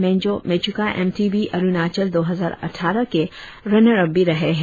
Menjo Mechuka MTB Arunachal दो हजार अटठारह के रनर ऑप भी रहे है